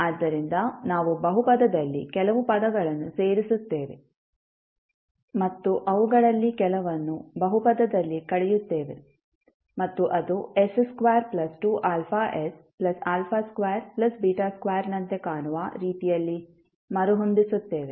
ಆದ್ದರಿಂದ ನಾವು ಬಹುಪದದಲ್ಲಿ ಕೆಲವು ಪದಗಳನ್ನು ಸೇರಿಸುತ್ತೇವೆ ಮತ್ತು ಅವುಗಳಲ್ಲಿ ಕೆಲವನ್ನು ಬಹುಪದದಲ್ಲಿ ಕಳೆಯುತ್ತೇವೆ ಮತ್ತು ಅದು s22αs22ನಂತೆ ಕಾಣುವ ರೀತಿಯಲ್ಲಿ ಮರುಹೊಂದಿಸುತ್ತೇವೆ